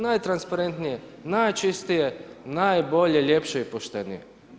Najtransparentnije, najčistije, najbolje, ljepše i poštenije.